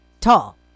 tall